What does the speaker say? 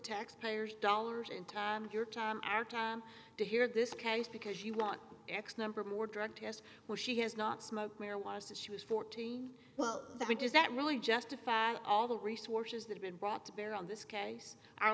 taxpayer's dollars and time of your time our time to hear this case because you want x number more drug test where she has not smoked marijuana since she was fourteen well the point is that really justify all the resources that have been brought to bear on this case our